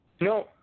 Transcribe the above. No